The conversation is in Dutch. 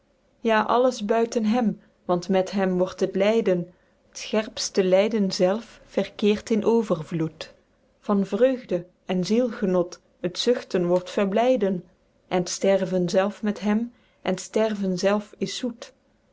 ja alles buiten hem want met hem wordt het lyden het scherpste lyden zelf verkeerd in overvloed van vreugde en zielgenot het zuchten wordt verblyden en t sterven zelf met hem en t sterven zelf is zoet